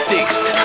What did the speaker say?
Sixth